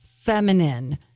feminine